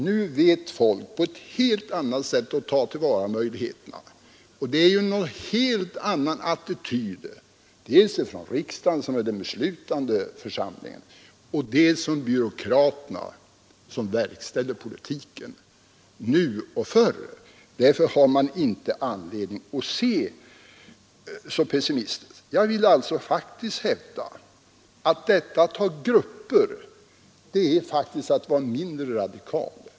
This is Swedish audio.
Nu vet folk på ett helt annat sätt hur de skall ta till vara möjligheterna, och det är en helt annan attityd dels från riksdagen, som är den beslutande församlingen, dels från byråkraterna, som verkställer de politiska besluten. Därför har man inte anledning att se så pessimistiskt på frågan. Jag vill alltså hävda att detta att inrikta sig på grupper är faktiskt att vara mindre radikal.